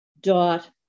Dot